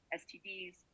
stds